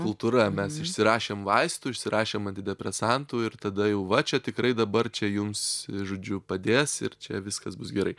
kultūra mes išsirašėm vaistų išsirašėm antidepresantų ir tada jau va čia tikrai dabar čia jums žodžiu padės ir čia viskas bus gerai